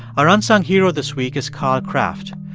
our unsung hero this week is carl craft.